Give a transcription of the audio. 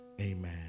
amen